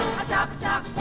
a-chop-a-chop